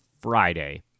friday